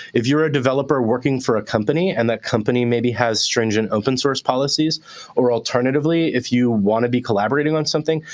if you're a developer working for a company and that company, maybe, has stringent open-source policies or, alternatively, if you want to be collaborating on something,